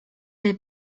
del